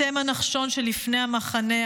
אתם הנחשון שלפני המחנה,